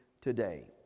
today